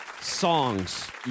songs